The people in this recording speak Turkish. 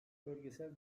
bölgesel